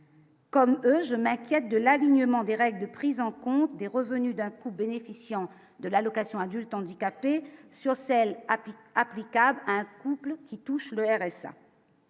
Comme eux, je m'inquiète de l'alignement des règles prise en compte des revenus d'impôt bénéficiant de l'allocation adulte handicapé sur celle applicable à un couple qui touchent le RSA